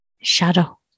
shadow